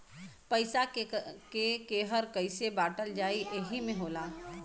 पइसा के केहर कइसे बाँटल जाइ एही मे होला